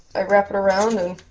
i wrap it around and